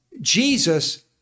Jesus